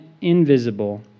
invisible